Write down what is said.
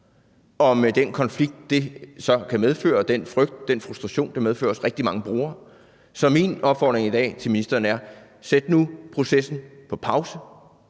Og med den konflikt, det så kan medføre, og den frygt og frustration, det medfører hos rigtig mange brugere, er min opfordring i dag til ministeren: Sæt nu processen på pause,